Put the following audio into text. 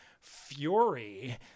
fury